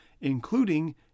including